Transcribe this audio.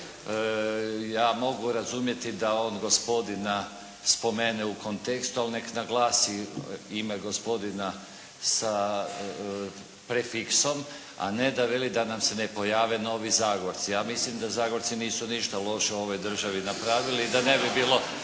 Ja mogu razumjeti da on gospodina spomene u kontekstu, ali neka naglasi ime gospodina sa prefiksom a ne da veli da nam se ne pojave novi "Zagorci". Ja mislim da Zagorci nisu ništa loše u ovoj državi napravili i da ne bi bilo